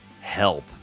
Help